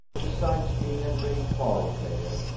besides being a great faro-player,